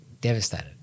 devastated